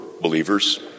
believers